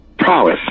prowess